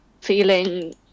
feeling